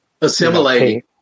Assimilating